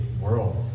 world